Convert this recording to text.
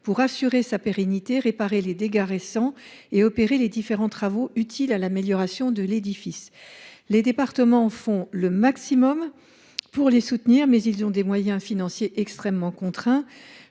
pour assurer la pérennité du bâtiment, réparer les dégâts récents et opérer les différents travaux utiles à l’amélioration de l’édifice. Les départements font le maximum pour soutenir ces établissements, mais leurs moyens financiers sont extrêmement contraints.